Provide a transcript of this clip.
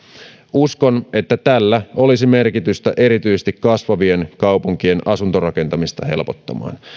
uskon että tällä olisi merkitystä erityisesti kasvavien kaupunkien asuntorakentamista helpottamaan